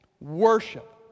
Worship